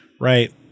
right